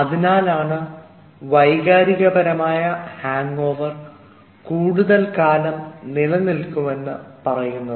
അതിനാലാണ് വൈകാരികപരമായ ഹാങ്ഓവർ കൂടുതൽ കാലം നിലനിൽക്കും എന്ന് പറയുന്നത്